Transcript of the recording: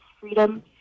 freedom